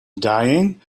dying